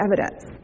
evidence